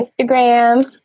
Instagram